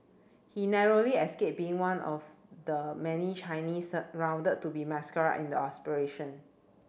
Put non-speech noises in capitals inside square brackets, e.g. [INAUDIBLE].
he narrowly escaped being one of the many Chinese [UNINTELLIGIBLE] rounded to be massacred in the operation